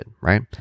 right